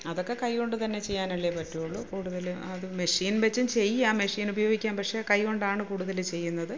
അതൊക്കെ കൈ കൊണ്ടു തന്നെ ചെയ്യാനല്ലേ പറ്റുകയുള്ളു അതു മഷീൻ വെച്ചും ചെയ്യാം മഷീൻ ഉപയോഗിക്കാം പക്ഷെ കൈ കൊണ്ടാണ് കൂടുതൽ ചെയ്യുന്നത്